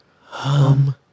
hum